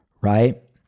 right